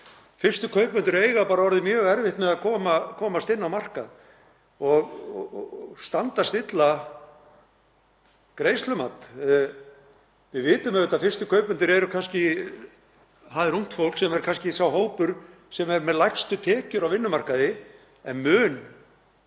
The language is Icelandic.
Fyrstu kaupendur eiga bara orðið mjög erfitt með að komast inn á markað og standast illa greiðslumat. Við vitum auðvitað að fyrstu kaupendur eru ungt fólk sem er kannski sá hópur sem er með lægstu tekjur á vinnumarkaði en mun